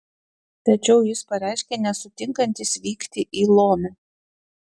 tačiau jis pareiškė nesutinkantis vykti į lomę